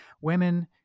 Women